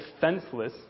defenseless